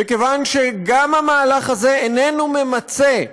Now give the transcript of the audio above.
וכיוון שגם המהלך הזה איננו ממצה